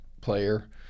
player